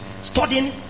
studying